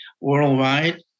worldwide